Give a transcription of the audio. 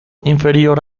inferior